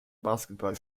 basketball